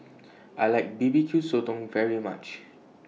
I like B B Q Sotong very much